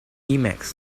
emacs